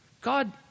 God